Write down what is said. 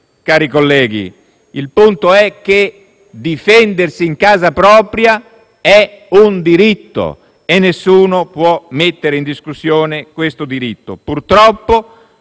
cari colleghi, il punto è che difendersi in casa propria è un diritto e nessuno può mettere in discussione questo diritto.